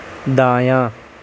دایاں